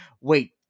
wait